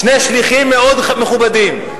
שני שליחים מאוד מכובדים,